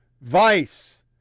Vice